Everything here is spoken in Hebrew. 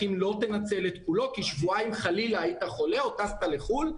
בטח אם לא תנצל את כולו כי שבועיים חלילה היית חולה או טסת לחו"ל,